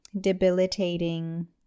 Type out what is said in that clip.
debilitating